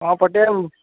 ହଁ ପଟିଆ ବାବୁ